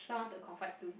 someone to confide to